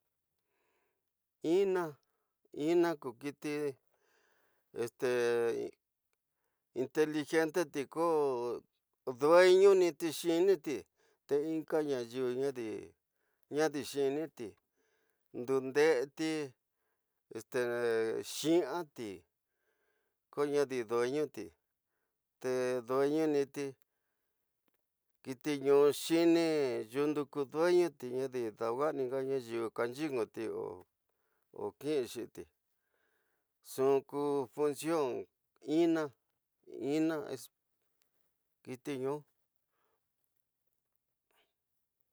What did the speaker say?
Ina- ina ku kiti, este inteligente ko dueño ni tu yinile te inka nayuw. Ñadi xiñiti, ndundeti, este xi si, atr, ko ñadi duenoti, te dueño niti, kiti ñu xiñiti, yundu ku dueño ñadi dawosa yayu, kanyinwuyi o xinixiti, nxu ku funcion ina kiti ñu